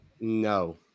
No